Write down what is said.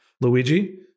Luigi